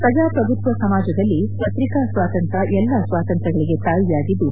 ಪ್ರಜಾಪ್ರಭುತ್ವ ಸಮಾಜದಲ್ಲಿ ಪತ್ರಿಕಾ ಸ್ವಾತಂತ್ರ್ಯ ಎಲ್ಲಾ ಸ್ವಾತಂತ್ರ್ಯಗಳಿಗೆ ತಾಯಿಯಾಗಿದ್ದು